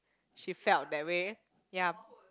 she felt that way ya